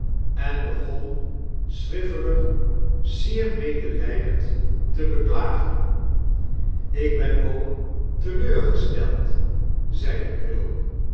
en begon swiveller zeer medelijdend te beklagen ik ben ook te leur gesteld zeide quilp